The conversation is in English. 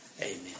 Amen